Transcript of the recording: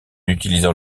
utilisant